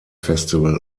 festival